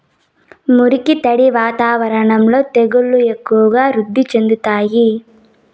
మురికి, తడి వాతావరణంలో తెగుళ్లు ఎక్కువగా వృద్ధి చెందుతాయి